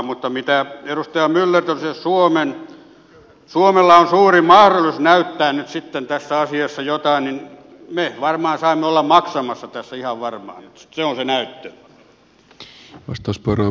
mutta kun edustaja myller totesi että suomella on suuri mahdollisuus näyttää nyt sitten tässä asiassa jotain niin me varmaan saamme olla maksamassa tässä ihan varmaan nyt se on se näyttö